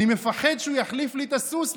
אני מפחד שהוא יחליף את הסוס,